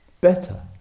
better